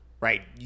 Right